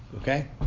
okay